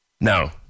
Now